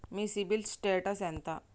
మీ CIBIL status ఎంత?